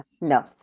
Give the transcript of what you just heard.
No